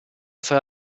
fare